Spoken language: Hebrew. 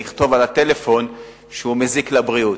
לכתוב על הטלפון שהוא מזיק לבריאות.